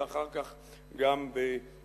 ואחר כך גם בטאבה.